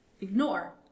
ignore